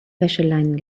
wäscheleinen